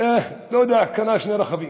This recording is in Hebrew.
לא יודע, קנה שני רכבים,